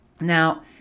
Now